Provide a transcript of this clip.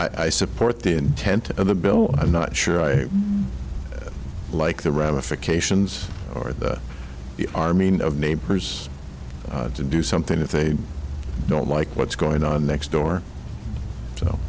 o i support the intent of the bill i'm not sure i like the ramifications or are mean of neighbors to do something if they don't like what's going on next door so